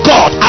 God